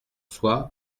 soi